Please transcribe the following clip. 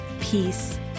peace